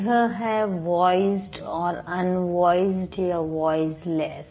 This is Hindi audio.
यह है वॉइसड और अनवौइस्ड या वॉइसलेस